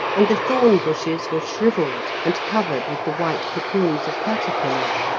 and the thorn bushes were shrivelled and covered with the white cocoons of caterpillars.